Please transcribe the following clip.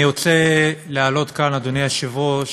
אני רוצה להעלות כאן, אדוני היושב-ראש,